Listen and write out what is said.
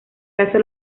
caso